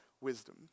wisdom